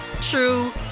true